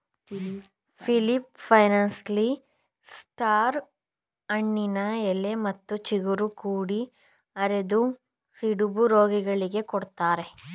ಫಿಲಿಪ್ಪೈನ್ಸ್ನಲ್ಲಿ star ಹಣ್ಣಿನ ಎಲೆ ಮತ್ತು ಚಿಗುರು ಕುಡಿ ಅರೆದು ಸಿಡುಬು ರೋಗಿಗಳಿಗೆ ಕೊಡ್ತಾರೆ